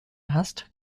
hast